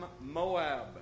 Moab